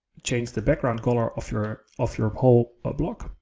change the background color of your of your whole ah block.